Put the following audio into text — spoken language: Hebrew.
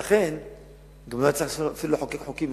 לכן גם לא היה צריך אפילו לחוקק חוקים.